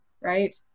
right